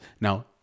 now